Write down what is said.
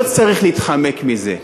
לא צריך להתחמק מזה.